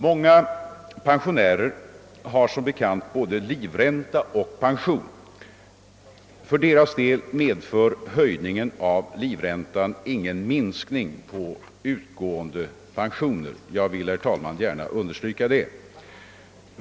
Många pensionärer har, som bekant, både livränta och pension. För deras del medför höjningen av livräntan ingen minskning på utgående pensioner. Jag vill gärna understryka detta, herr talman.